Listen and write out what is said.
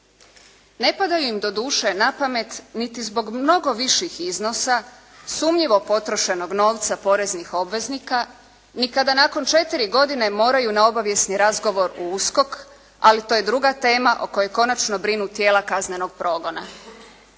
Ne padaju im doduše na pamet niti zbog mnogo viših iznosa sumnjivo potrošenog novca poreznih obveznika ni kada nakon četiri godine moraju na obavijesni razgovor u USKOK, ali to je druga tema o kojoj konačno brinu tijela kaznenog progona.